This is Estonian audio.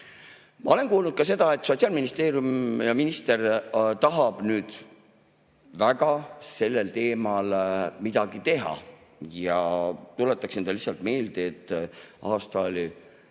Ma olen kuulnud ka seda, et Sotsiaalministeerium ja minister tahavad nüüd väga sellel teemal midagi teha. Tuletan teile lihtsalt meelde, et aasta oli